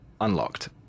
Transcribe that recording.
unlocked